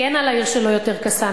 כי אין על העיר שלו יותר "קסאמים",